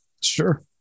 Sure